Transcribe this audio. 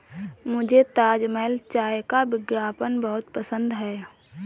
मुझे ताजमहल चाय का विज्ञापन बहुत पसंद है